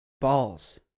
balls